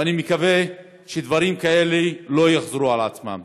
ואני מקווה שדברים כאלה לא יחזרו על עצמם.